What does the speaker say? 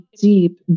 deep